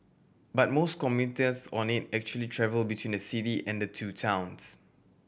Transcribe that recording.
but most commuters on it actually travel between the city and the two towns